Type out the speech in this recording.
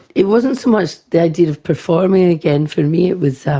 it wasn't so much the idea of performing again, for me it was